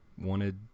wanted